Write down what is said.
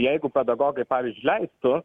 jeigu pedagogai pavyzdžiui leistų